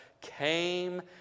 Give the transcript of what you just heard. came